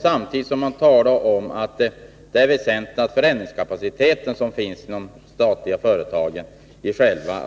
Samtidigt säger utskottsmajoriteten att det är ”väsentligt att den förändringskapacitet som finns inom de statliga skogsföretagen själva